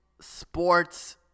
sports